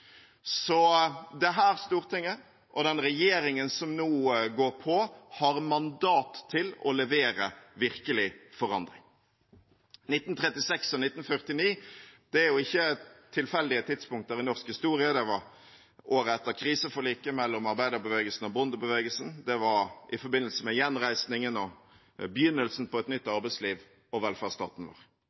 Så dette stortinget og den regjeringen som nå går på, har mandat til å levere virkelig forandring. 1936 og 1949 er jo ikke tilfeldige tidspunkter i norsk historie. Det var året etter kriseforliket mellom arbeiderbevegelsen og bondebevegelsen, og det var i forbindelse med gjenreisningen og begynnelsen på et nytt arbeidsliv og velferdsstaten vår.